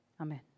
Amen